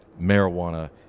marijuana